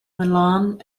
milan